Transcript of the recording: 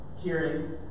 hearing